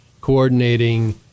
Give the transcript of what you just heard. coordinating